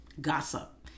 gossip